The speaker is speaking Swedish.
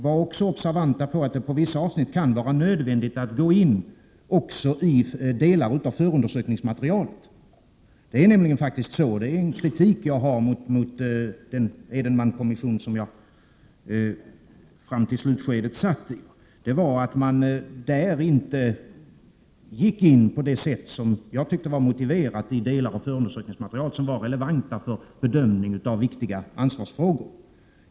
Var också observanta på att det på vissa avsnitt kan vara nödvändigt att även gå in i delar av förundersökningsmaterialet. En kritik som jag har mot den Edenmankommission som jag fram till slutskedet var representant i är nämligen att denna faktiskt inte på det sätt som jag ansåg vara motiverat gick in i de delar av förundersökningsmaterialet som var relevanta för bedömningen av viktiga ansvarsfrågor.